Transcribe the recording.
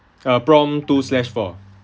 uh prompt two slash four